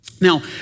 Now